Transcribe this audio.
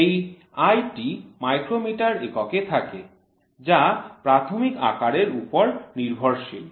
এই I টি micrometre এককে থাকে যা প্রাথমিক আকারের উপর নির্ভরশীল